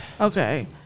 Okay